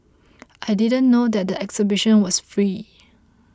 I didn't know that the exhibition was free